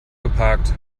geparkt